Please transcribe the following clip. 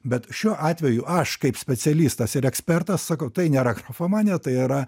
bet šiuo atveju aš kaip specialistas ir ekspertas sakau tai nėra grafomanija tai yra